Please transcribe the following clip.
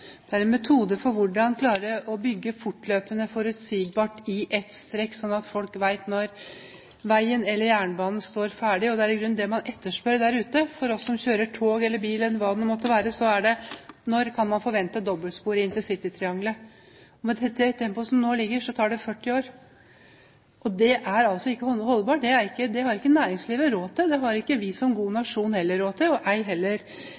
Det er en metode. Det er en metode for hvordan klare å bygge fortløpende og forutsigbart i ett strekk, sånn at folk vet når veien eller jernbanen står ferdig. Det er i grunnen det man etterspør der ute. For oss som kjører tog eller bil eller hva det nå måtte være, er spørsmålet: Når kan man forvente dobbeltsporet i intercitytriangelet? Med det tempoet som nå ligger, tar det 40 år. Det er altså ikke holdbart. Det har ikke næringslivet råd til. Det har ikke vi som god nasjon råd til og ei heller